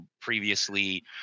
previously